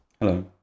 Hello